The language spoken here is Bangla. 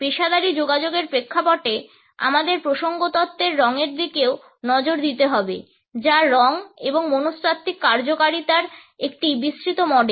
পেশাদারী যোগাযোগের প্রেক্ষাপটে আমাদের প্রসঙ্গ তত্ত্বের রঙের দিকেও নজর দিতে হবে যা রঙ এবং মনস্তাত্ত্বিক কার্যকারিতার একটি বিস্তৃত মডেল